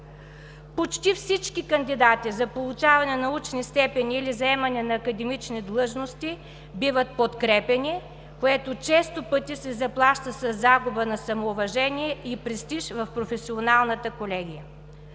Почти всички кандидати за получаване на научни степени или за заемане на академични длъжности биват подкрепяни, което често пъти се заплаща със загуба на самоуважение и престиж в професионалната колегия.